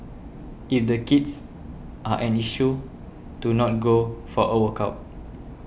if the kids are an issue to not go for a workout